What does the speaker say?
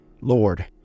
Lord